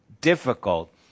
difficult